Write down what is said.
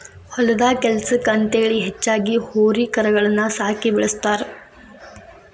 ಹೊಲದಾಗ ಕೆಲ್ಸಕ್ಕ ಅಂತೇಳಿ ಹೆಚ್ಚಾಗಿ ಹೋರಿ ಕರಗಳನ್ನ ಸಾಕಿ ಬೆಳಸ್ತಾರ